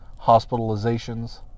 hospitalizations